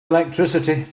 electricity